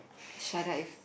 shut up if